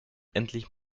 endlich